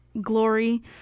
glory